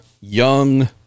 young